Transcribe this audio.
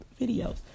videos